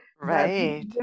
Right